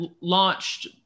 launched